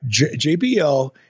JBL